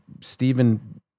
Stephen